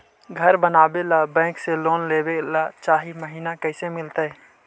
घर बनावे ल बैंक से लोन लेवे ल चाह महिना कैसे मिलतई?